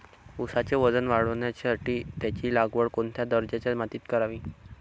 ऊसाचे वजन वाढवण्यासाठी त्याची लागवड कोणत्या दर्जाच्या मातीत करावी?